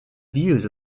views